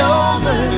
over